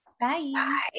Bye